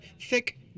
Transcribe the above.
thick